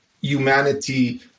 humanity